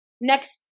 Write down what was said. Next